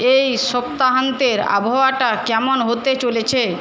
এই সপ্তাহান্তের আবহাওয়াটা কেমন হতে চলেছে